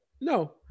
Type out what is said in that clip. no